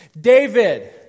David